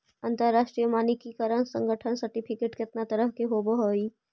अंतरराष्ट्रीय मानकीकरण संगठन सर्टिफिकेट केतना तरह के होब हई?